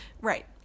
Right